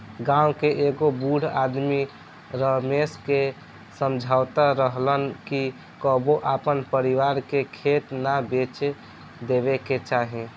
गांव के एगो बूढ़ आदमी रमेश के समझावत रहलन कि कबो आपन परिवार के खेत ना बेचे देबे के चाही